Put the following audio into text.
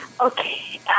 Okay